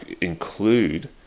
include